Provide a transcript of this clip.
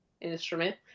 instrument